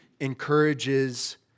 encourages